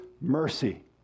mercy